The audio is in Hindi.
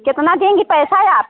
कितना देंगी पैसा आप